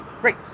great